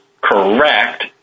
correct